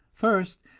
first,